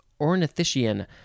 Ornithischian